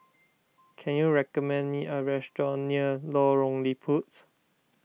can you recommend me a restaurant near Lorong Liput